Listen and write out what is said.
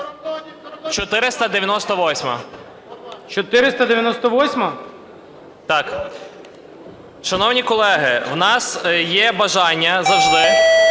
Р.М. Так. Шановні колеги, у нас є бажання завжди